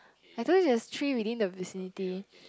I told you there is three within the vicinity